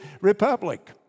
republic